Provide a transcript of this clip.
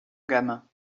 gamin